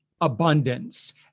abundance